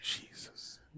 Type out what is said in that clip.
Jesus